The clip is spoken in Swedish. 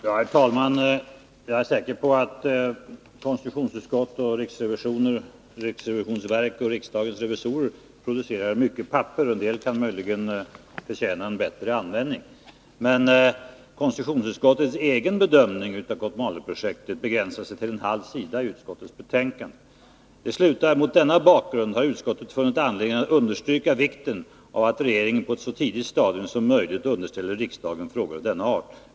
Herr talman! Jag är säker på att konstitutionsutskottet, riksrevisionsverket och riksdagens revisorer producerar mycket papper. En del kan möjligen förtjäna en bättre användning. Men konstitutionsutskottets egen bedömning av Kotmaleprojektet begränsar sig till en halv sida i utskottsbetänkandet. Skrivningen slutar: ”Mot denna bakgrund har utskottet funnit anledning understryka vikten av att regeringen på ett så tidigt stadium som möjligt underställer riksdagen frågor av denna art.